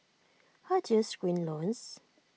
how do you screen loans